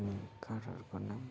कारहरूको नाम